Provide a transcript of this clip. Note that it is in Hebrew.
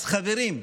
אז חברים,